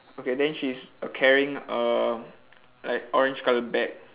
okay then she's carrying a like orange coloured bag